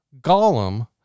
Gollum